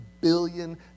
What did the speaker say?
billion